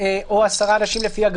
אני לא מבין למה כל